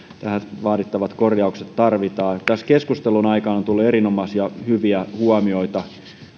tähän vaadittavat korjaukset tarvitaan tässä keskustelun aikana on tullut erinomaisen hyviä huomioita